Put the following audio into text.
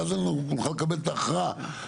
ואז אנחנו נוכל לקבל את ההכרעה.